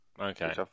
Okay